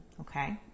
okay